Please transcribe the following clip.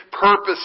purpose